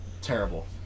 Terrible